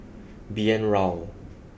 B N Rao